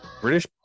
british